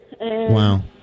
Wow